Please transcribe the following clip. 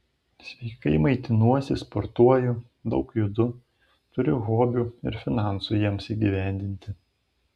sveikai maitinuosi sportuoju daug judu turiu hobių ir finansų jiems įgyvendinti